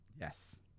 Yes